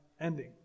ending